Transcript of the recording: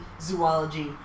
zoology